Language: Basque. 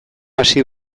hasi